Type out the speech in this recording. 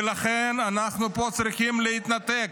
ולכן אנחנו פה צריכים להתנתק.